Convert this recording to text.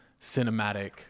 cinematic